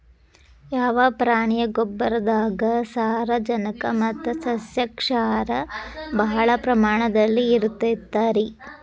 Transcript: ಯಾವ ಪ್ರಾಣಿಯ ಗೊಬ್ಬರದಾಗ ಸಾರಜನಕ ಮತ್ತ ಸಸ್ಯಕ್ಷಾರ ಭಾಳ ಪ್ರಮಾಣದಲ್ಲಿ ಇರುತೈತರೇ?